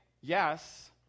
yes